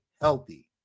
healthy